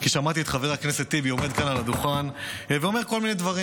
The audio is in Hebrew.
כי שמעתי את חבר הכנסת טיבי עומד כאן על הדוכן ואומר כל מיני דברים.